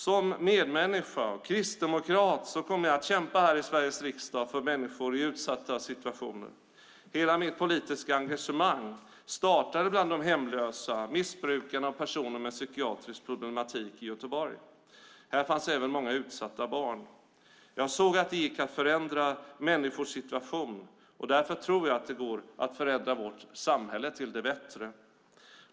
Som medmänniska och kristdemokrat kommer jag här i Sveriges riksdag att kämpa för människor i utsatta situationer. Hela mitt politiska engagemang startade bland de hemlösa, missbrukarna och personer med psykiatrisk problematik i Göteborg. Här fanns även många utsatta barn. Jag såg att det gick att förändra människors situation, och därför tror jag att det går att förändra vårt samhälle till det bättre.